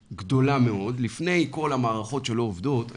לפני כל המערכות שלא עובדת,